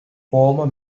former